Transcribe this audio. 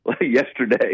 yesterday